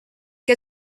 que